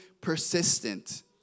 persistent